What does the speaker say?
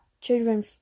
children